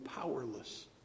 powerless